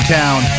town